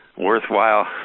worthwhile